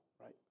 right